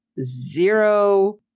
zero